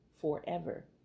forever